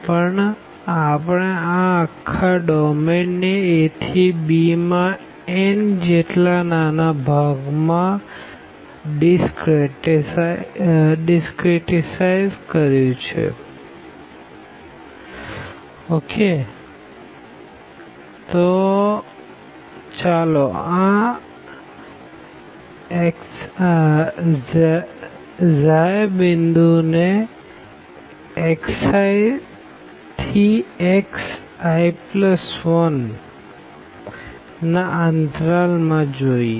પણ આપણે આ અખા ડોમેન ને a થી bમાં n જેટલા નાના ભાગ માં ડીસક્રેટાઈઝ્ડ કયું છે અને ચાલો આ i પોઈન્ટ ને xi to xi1 ના અંતરાલ માં જોઈએ